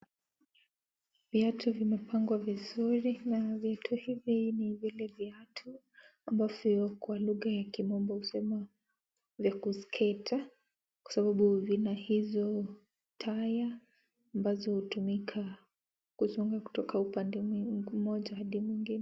Viatu vime pangwa vizuri na vitu hivi ni vile viatu ambavyo kwa lugha ya kimomba husema Vikusikate . kwa sababu vina hizo tire ambazo hutumika kuzonga kutoka upande mmoja hadi mwingine.